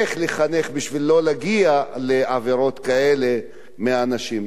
איך לחנך כדי שלא להגיע לעבירות כאלה מאנשים.